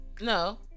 no